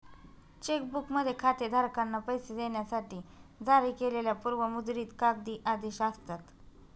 check बुकमध्ये खातेधारकांना पैसे देण्यासाठी जारी केलेली पूर्व मुद्रित कागदी आदेश असतात